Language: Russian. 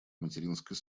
материнской